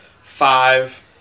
five